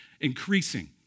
increasing